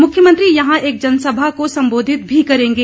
मुख्यमंत्री यहां एक जनसभा को संबोधित भी करेंगे